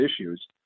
issues